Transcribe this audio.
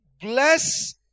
bless